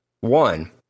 one